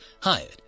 hired